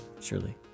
surely